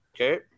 Okay